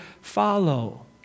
follow